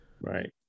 Right